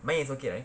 mine is okay right